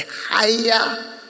higher